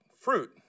fruit